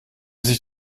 sich